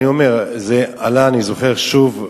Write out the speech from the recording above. לא, אני אומר שזה עלה, אני זוכר, שוב,